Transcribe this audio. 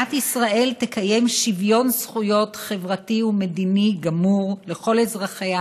"מדינת ישראל תקיים שוויון זכויות חברתי ומדיני גמור לכל אזרחיה,